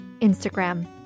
Instagram